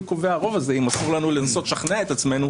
קובע הרוב הזה אם אסור לנו לנסות לשכנע את עצמנו,